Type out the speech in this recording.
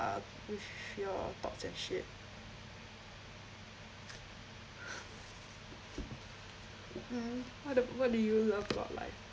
with your thoughts as shit mm what d~ what do you love about life